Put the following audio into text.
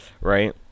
right